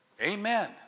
Amen